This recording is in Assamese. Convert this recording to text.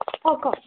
অঁ কওক